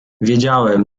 wiedziałem